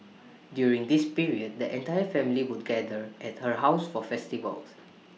during this period the entire family would gather at her house for festivals